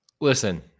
Listen